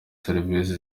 serivisi